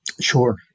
Sure